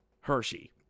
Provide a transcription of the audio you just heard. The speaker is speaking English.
Hershey